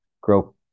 grow